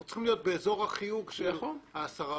צריכים להיות באזור החיוג של ה-10 אחוזים.